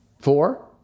four